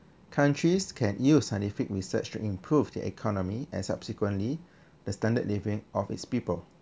countries can use scientific research to improve the economy and subsequently the standard living of its people